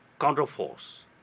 counterforce